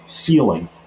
feeling